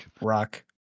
Rock